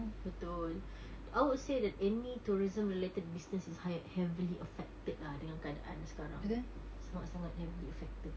betul I would say that any tourism related business is high heavily affected lah dengan keadaan sekarang sangat-sangat heavily affected